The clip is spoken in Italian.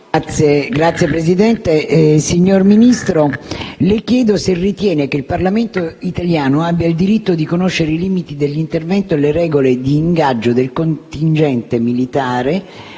Signor Presidente, signor Ministro, le chiedo se ritiene che il Parlamento italiano abbia il diritto di conoscere i limiti dell'intervento e le regole d'ingaggio del contingente militare